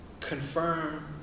confirm